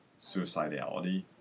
suicidality